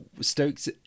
Stokes